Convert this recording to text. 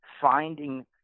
finding